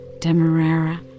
Demerara